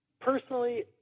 Personally